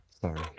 Sorry